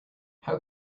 how